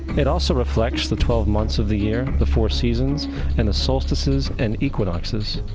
it also reflects the twelve months of the year, the four seasons and the solstices and equinoxes.